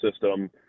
system